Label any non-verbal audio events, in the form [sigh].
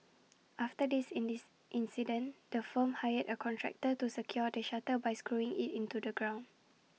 after this [unintelligible] incident the firm hired A contractor to secure the shutter by screwing IT into the ground